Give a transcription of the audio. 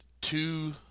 two